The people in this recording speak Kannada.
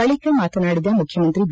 ಬಳಿಕ ಮಾತನಾಡಿದ ಮುಖ್ಯಮಂತ್ರಿ ಬಿ